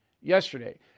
yesterday